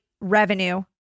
revenue